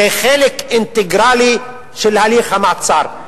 זה חלק אינטגרלי של הליך המעצר.